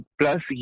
plus